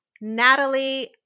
Natalie